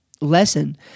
lesson